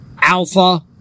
Alpha